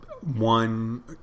one